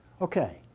Okay